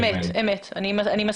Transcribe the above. אני הייתי